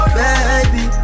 baby